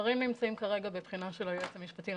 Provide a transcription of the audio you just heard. הדברים נמצאים כרגע בבחינה של היועץ המשפטי לממשלה,